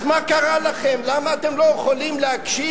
אז מה קרה לכם, למה אתם לא יכולים להקשיב?